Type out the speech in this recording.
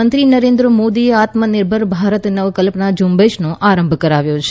પ્રધાનમંત્રી નરેન્દ્ર મોદીએ આત્મનિર્ભર ભારત નવકલ્પના ઝુંબેશનો આરંભ કરાવ્યો છે